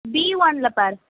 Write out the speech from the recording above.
B ஒன்னில் பார்